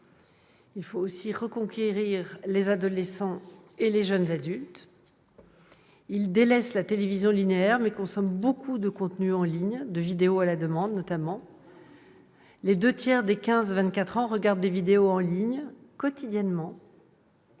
Il faut maintenant reconquérir les adolescents et les jeunes adultes, qui délaissent la télévision linéaire, mais consomment beaucoup de contenus en ligne et, notamment, de vidéo à la demande. Les deux tiers des 15-24 ans regardent des vidéos en ligne quotidiennement